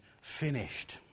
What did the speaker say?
finished